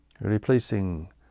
Replacing